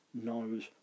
knows